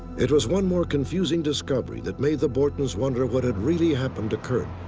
it was one more confusing discovery that made the borton's wonder what had really happened to curt.